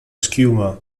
schiuma